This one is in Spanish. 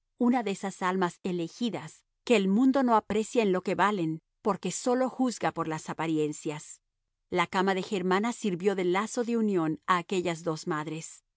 una de esas almas elegidas que el mundo no aprecia en lo que valen porque sólo juzga por las apariencias la cama de germana sirvió de lazo de unión a aquellas dos madres